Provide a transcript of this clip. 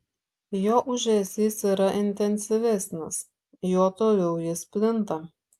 juo ūžesys yra intensyvesnis juo toliau jis plinta